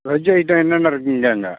veg item என்னென்ன இருக்குங்க அங்கே